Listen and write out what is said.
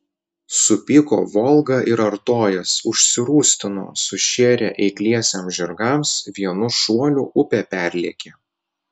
supyko volga ir artojas užsirūstino sušėrė eikliesiems žirgams vienu šuoliu upę perlėkė